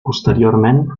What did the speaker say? posteriorment